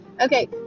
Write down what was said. Okay